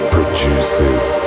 Produces